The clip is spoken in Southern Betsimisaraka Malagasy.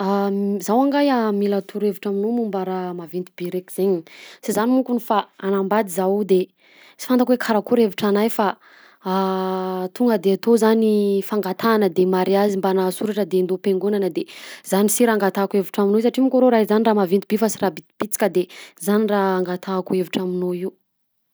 Ah zaho angahy a mila torohevitra aminao momba raha maventy be raiky zay e. Sy zany mankony fa hanambady zaho io de sy fatako hoe karakory hevitra anahy fa a tonga de atao zany fangatahana de mariazy mbana soratra de hindao am-piangonana de zany si raha angatahako hevitra aminao satria manko arô raha izany raha maventy be fa sy raha bisibisiky de zany raha angatahiko hevitra aminao io.